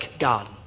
God